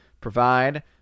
provide